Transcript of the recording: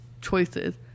choices